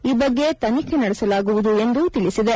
ಈ ಬಗ್ಗೆ ತನಿಖೆ ನಡೆಸಲಾಗುವುದು ಎಂದು ತಿಳಿಸಿದೆ